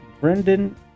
Brendan